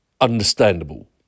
understandable